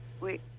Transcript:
wait.